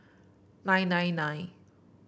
nine nine nine